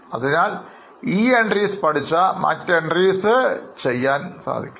അതിനാൽ ലളിതമായ ഈ entries പഠിച്ചാൽ മറ്റ് എൻട്രികൾ ചെയ്യാൻ സാധിക്കും